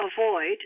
avoid